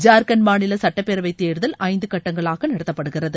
ஜார்க்கன்ட் மாநில சட்டப்பேரவை தேர்தல் ஐந்து கட்டங்களாக நடத்தப்படுகிறது